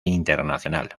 internacional